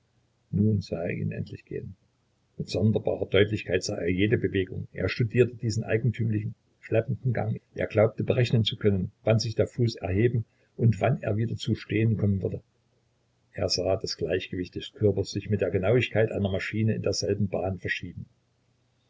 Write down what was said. nun sah er ihn endlich gehen mit sonderbarer deutlichkeit sah er jede bewegung er studierte diesen eigentümlichen schleppenden gang er glaubte berechnen zu können wann sich der fuß erheben und wann er wieder zu stehen kommen würde er sah das gleichgewicht des körpers sich mit der genauigkeit einer maschine in derselben bahn verschieben